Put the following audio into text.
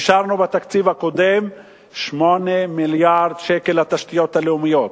אישרנו בתקציב הקודם 8 מיליארד שקל לתשתיות הלאומיות,